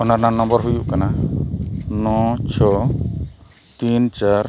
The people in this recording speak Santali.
ᱚᱱᱟ ᱨᱮᱱᱟᱜ ᱱᱚᱢᱵᱚᱨ ᱦᱩᱭᱩᱜ ᱠᱟᱱᱟ ᱱᱚ ᱪᱷᱚ ᱛᱤᱱ ᱪᱟᱨ